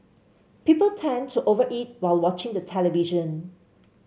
people tend to over eat while watching the television